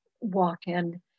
walk-in